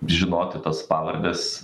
žinoti tas pavardes